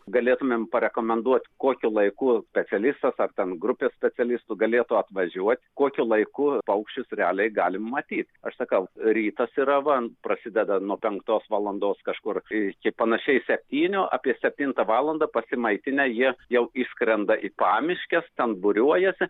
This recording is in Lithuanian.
galėtumėm parekomenduot kokiu laiku specialistas ar ten grupė specialistų galėtų atvažiuot kokiu laiku paukščius realiai galim matyt aš sakau rytas yra va prasideda nuo penktos valandos kažkur iki panašiai septynių apie septintą valandą pasimaitinę jie jau išskrenda į pamiškes ten būriuojasi